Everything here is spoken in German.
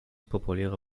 populäre